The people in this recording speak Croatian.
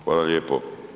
Hvala lijepo.